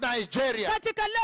Nigeria